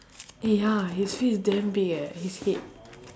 eh ya his face damn big eh his head